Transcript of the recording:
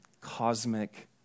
cosmic